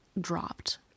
dropped